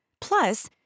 Plus